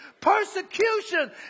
Persecution